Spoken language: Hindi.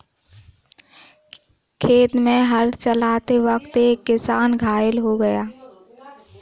खेत में हल चलाते वक्त एक किसान घायल हो गया